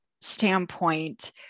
standpoint